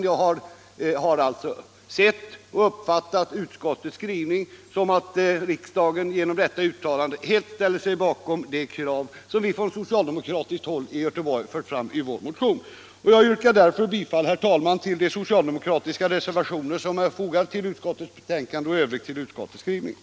Jag har uppfattat utskottets skrivning så att riksdagen genom sitt uttalande helt ställer sig bakom de krav som vi socialdemokrater fört fram i vår motion. Jag yrkar, herr talman, bifall till de socialdemokratiska reservationer som är fogade vid utskottets betänkande och i övrigt till utskottets hemställan.